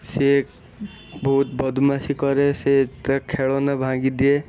ସେ ବହୁତ ବଦମାସି କରେ ସେ ତା' ଖେଳନା ଭାଙ୍ଗିଦିଏ